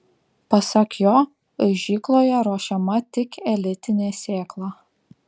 pasak jo aižykloje ruošiama tik elitinė sėkla